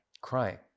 crying